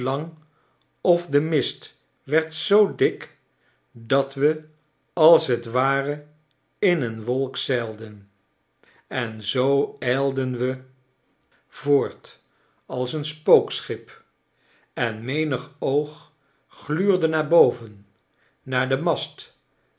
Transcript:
of de mist werd zoo dik dat we als t ware in een wolk zeilden en zooijlden we voort als een spookschip enmenigooggluurde naar boven naar den mast